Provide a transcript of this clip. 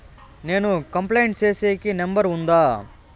నేను కంప్లైంట్ సేసేకి నెంబర్ ఉందా?